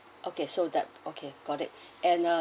okay so that okay got it and ah